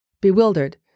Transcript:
Bewildered